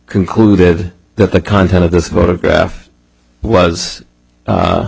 concluded that the content of this photograph was